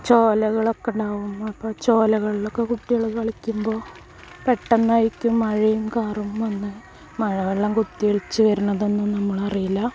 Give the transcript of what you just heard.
ചോലകളൊക്കെയുണ്ടാവും അപ്പം ചോലകളിലൊക്കെ കുട്ടികൾ കളിക്കുമ്പോൾ പെട്ടെന്നായിരിക്കും മഴയും കാറും വന്ന് മഴവെള്ളം കുത്തിയൊലിച്ച് വരുന്നതൊന്നും നമ്മളറിയില്ല